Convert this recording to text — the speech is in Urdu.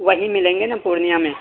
وہیں ملیں گے نہ پورنیہ میں